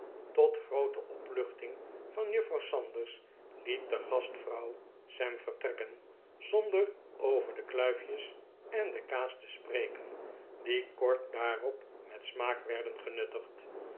tot groote opluchting van juffrouw sanders liet de gastvrouw sam vertrekken zonder over de kluifjes en de kaas te spreken die kort daarop met smaak werden genuttigd